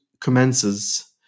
commences